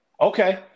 Okay